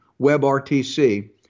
WebRTC